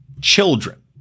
children